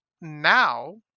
Now